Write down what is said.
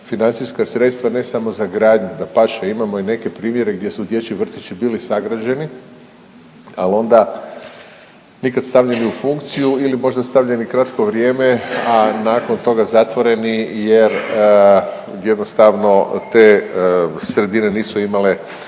financijska sredstva ne samo za gradnju, dapače imamo i neke primjere gdje su dječji vrtići bili sagrađeni, al onda nikad stavljeni u funkciju ili možda stavljeni kratko vrijeme, a nakon toga zatvoreni jer jednostavno te sredine nisu imale